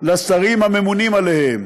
לשרים הממונים עליהם,